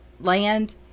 land